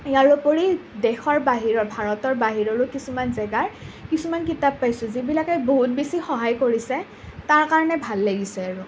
দেশৰ বাহিৰৰ ভাৰতৰ বাহিৰৰো কিছুমান জেগাৰ কিছুমান কিতাপ পাইছোঁ যিবিলাকে বহুত বেছি সহায় কৰিছে তাৰ কাৰণে ভাল লাগিছে আৰু